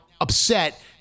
upset